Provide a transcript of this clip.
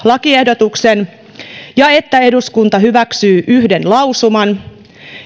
lakiehdotuksen ja että eduskunta hyväksyy yhden lausuman